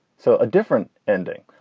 so a different ending.